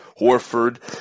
Horford